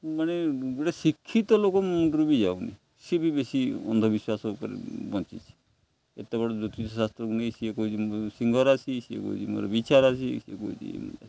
ମାନେ ଗୋଟେ ଶିକ୍ଷିତ ଲୋକ ମୁଣ୍ଡରୁ ବି ଯାଉନି ସିଏ ବି ବେଶି ଅନ୍ଧବିଶ୍ୱାସ ଉପରେ ବଞ୍ଚିଛି ଏତେ ବଡ଼ ଜ୍ୟୋତିଷ ଶାସ୍ତ୍ରକୁ ନେଇ ସିଏ କହୁଛି ମୋ ସିଂହ ରାଶି ସିଏ କହୁଛି ମୋର ବିଛା ରାଶି ସିଏ କହୁଛି